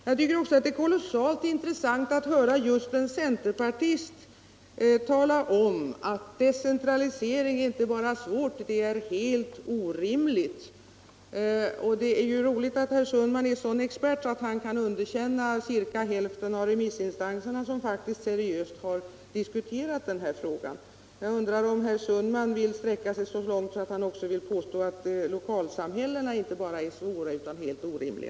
Jag tycker även att det är kolossalt intressant att höra just en centerpartist tala om att decentralisering inte bara är någonting svårt utan helt orimligt. Det är roligt att herr Sundman är sådan expert att han kan underkänna ca hälften av remissinstanserna som faktiskt seriöst har diskuterat den här frågan när det gäller radioverksamheten. Jag undrar om herr Sundman vill sträcka sig så långt att han också påstår att lokalsamhällena inte bara är svåra att förverkliga utan helt orimliga.